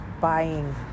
buying